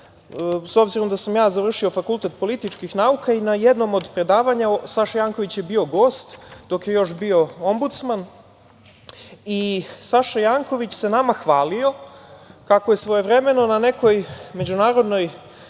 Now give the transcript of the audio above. S obzirom da sam ja završio Fakultet političkih nauka i na jednom od predavanja Saša Janković je bio gost, dok je još bio Ombudsman. Saša Janković se nama hvalio kako je svojevremeno na nekoj međunarodnoj